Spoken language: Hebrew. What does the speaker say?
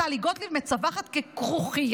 את טלי גוטליב מצווחת ככרוכיה,